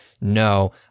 no